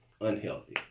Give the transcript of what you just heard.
unhealthy